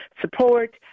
support